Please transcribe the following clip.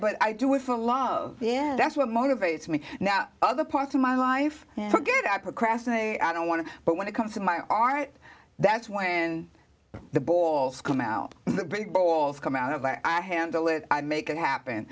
but i do it for love yeah that's what motivates me now other parts of my life for good i procrastinate i don't want to but when it comes to my art that's when the balls come out the big balls come out of i handle it i make it happen